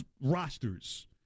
rosters